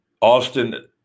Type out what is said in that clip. Austin